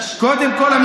קודם כול,